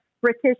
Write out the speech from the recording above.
British